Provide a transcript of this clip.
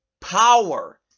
power